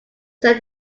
said